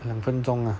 两分钟啊